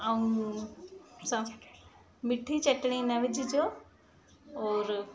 ऐं उन सां मिठी चटिणी न विझिजो और